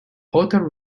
outer